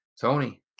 Tony